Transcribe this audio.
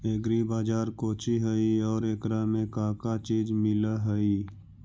Agri बाजार कोची हई और एकरा में का का चीज मिलै हई?